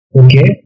okay